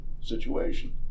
situation